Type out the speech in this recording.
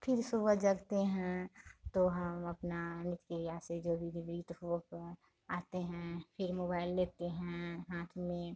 फिर सुबह जगते हैं तो हम अपना क्रिया से जो भी विविध होके आते हैं फिर मुबाइल लेते हैं हाथ में